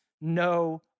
no